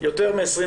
יותר מ-25